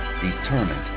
determined